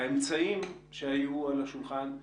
והאמצעים שהיו על השולחן,